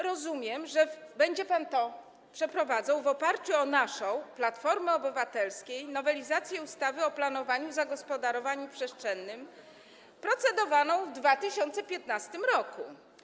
Rozumiem, że będzie pan to przeprowadzał w oparciu o naszą, Platformy Obywatelskiej, nowelizację ustawy o planowaniu i zagospodarowaniu przestrzennym, procedowaną w 2015 r.